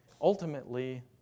ultimately